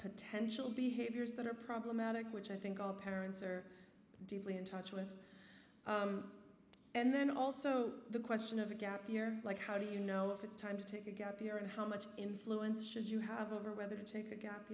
potential behaviors that are problematic which i think all parents are deeply in touch with and then also the question of a gap year like how do you know if it's time to take a gap year and how much influence should you have over whether to take a gap